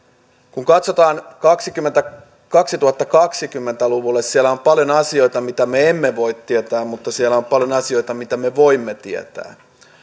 kun katsotaan kaksituhattakaksikymmentä luvulle siellä on paljon asioita mitä me emme voi tietää mutta siellä on paljon asioita mitä me voimme tietää